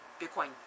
Bitcoin